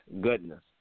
Goodness